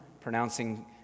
pronouncing